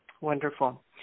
Wonderful